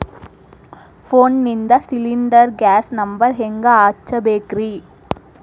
ಫೋನಿಂದ cylinder gas number ಹೆಂಗ್ ಹಚ್ಚ ಬೇಕ್ರಿ?